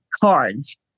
cards